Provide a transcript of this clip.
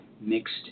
mixed